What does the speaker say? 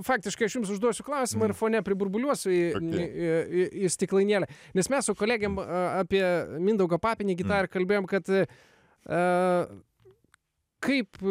faktiškai aš jums užduosiu klausimą ir fone priburbuliuosiu į stiklainėlę nes mes su kolegėm apie mindaugą papinigį tą ir kalbėjom kad a kaip